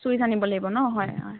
switch আনিব লাগিব ন হয় হয়